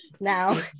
now